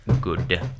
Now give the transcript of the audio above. good